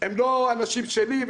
הם לא אנשים שלי,